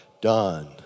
done